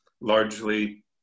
largely